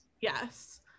Yes